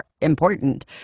important